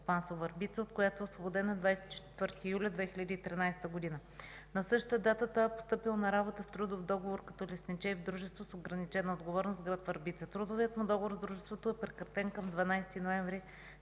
– Върбица, от което е освободен на 24 юли 2013 г. На същата дата той е постъпил на работа с трудов договор като лесничей в дружество с ограничена отговорност град Върбица. Трудовият му договор от дружеството е прекратен към 12 ноември